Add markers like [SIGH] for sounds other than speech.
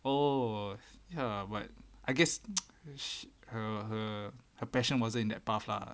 oh ya but I guess [NOISE] her her her passion wasn't in that path lah